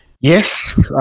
Yes